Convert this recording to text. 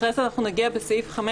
אחרי זה נגיע לסעיף 5,